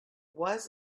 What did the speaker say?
was